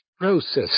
process